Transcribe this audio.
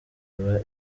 iba